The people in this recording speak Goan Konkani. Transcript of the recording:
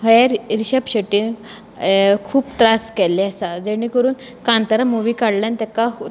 हे रि रिशब शेट्टी खूब त्रास केल्ले आसा जेणे करून कांतारा मुवी काडला आनी ताका